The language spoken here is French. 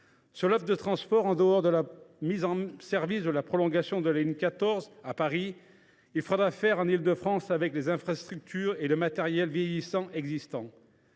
l’offre de transport, hormis la mise en service du prolongement de la ligne 14 à Paris, il faudra faire en Île de France avec les infrastructures et le matériel vieillissant existants.